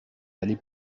d’aller